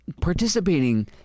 participating